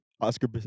Oscar